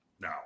now